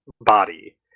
body